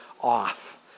off